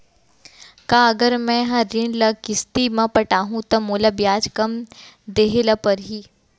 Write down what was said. का अगर मैं हा ऋण ल किस्ती म पटाहूँ त मोला ब्याज कम देहे ल परही?